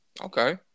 Okay